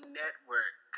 network